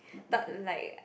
talk like